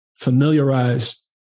familiarize